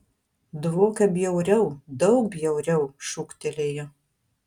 dvokia bjauriau daug bjauriau šūktelėjo